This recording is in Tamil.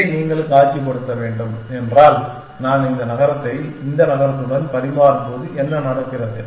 இதை நீங்கள் காட்சிப்படுத்த வேண்டும் என்றால் நான் இந்த நகரத்தை இந்த நகரத்துடன் பரிமாறும்போது என்ன நடக்கிறது